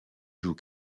joue